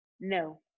no